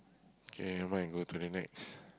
okay never mind go to the next